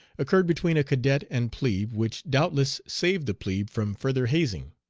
occurred between a cadet and plebe, which doubtless saved the plebe from further hazing.